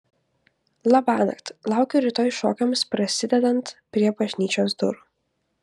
labanakt laukiu rytoj šokiams prasidedant prie bažnyčios durų